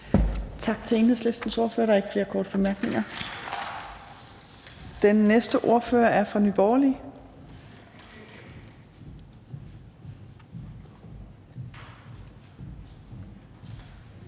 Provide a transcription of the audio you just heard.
Tak til Enhedslistens ordfører. Der er ikke flere korte bemærkninger. Den næste ordfører er fra Nye Borgerlige.